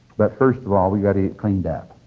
but first of all we've got to get cleaned up!